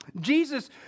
Jesus